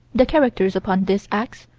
the characters upon this ax,